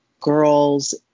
girls